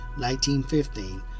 1915